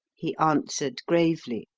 he answered, gravely,